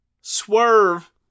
Swerve